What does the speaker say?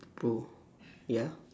bro ya